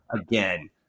again